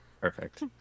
Perfect